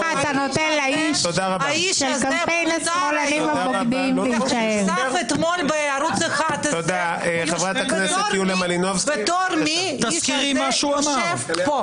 האיש הזה נחשף אתמול בערוץ 11 - בתור מי האיש הזה יושב פה?